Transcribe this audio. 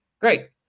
Great